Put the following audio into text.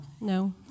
No